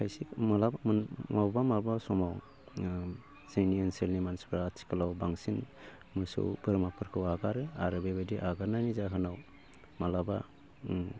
खायसे माब्लाबा माब्लाबा समाव ओ जोंनि ओनसोलनि मानसिफ्रा आथिखालाव बांसिन मोसौ बोरमाफोरखौ आगारो आरो बेबायदि आगारनायनि जाहोनाव माब्लाबा उम